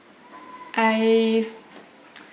I've